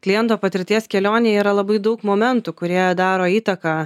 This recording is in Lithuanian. kliento patirties kelionėj yra labai daug momentų kurie daro įtaką